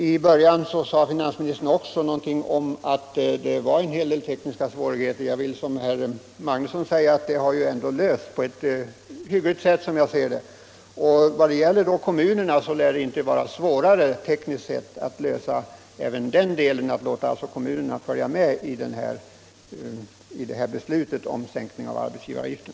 I början sade finansministern också något om att det fanns en del tekniska svårigheter med denna proposition. Jag vill som herr Magnusson i Borås säga att de ändå lösts på ett hyggligt sätt, som jag ser det. Vad gäller kommunerna lär det inte tekniskt sett vara svårare att lösa även den delen av problemet och låta kommunerna följa med i beslutet om sänkning av arbetsgivaravgiften.